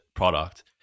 product